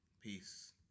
Peace